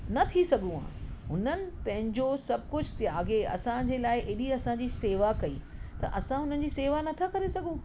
न थी सघूं हा हुननि पंहिंजो सभु कुझु त्याॻे असांजे लाइ हेॾी असांजी सेवा कई त असां हुननि जी सेवा न था करे सघूं